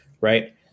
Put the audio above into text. right